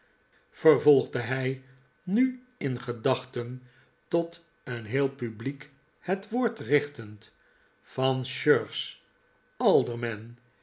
vervolgde hij nu in gedachten tot een heel publiek het woord richtend van sheriffs aldermen en